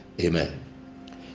amen